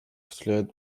które